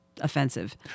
offensive